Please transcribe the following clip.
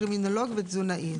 קרימינולוג ותזונאי.